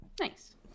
Nice